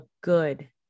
good